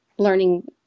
learning